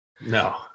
No